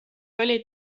oli